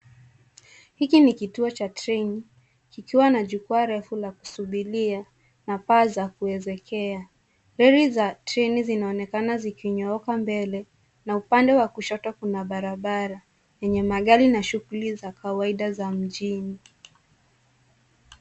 Hiki ni kituo cha treni kikiwa na jukwaa refu la kusubiria na paa za kuezekea. Lori za treni zinaonekana zikinyooka mbele na upande wa kushoto kuna barabara yenye magari na shughuli za kawaida za mjini.